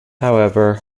however